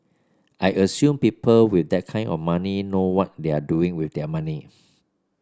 I assume people with that kind of money know what they're doing with their money